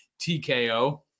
TKO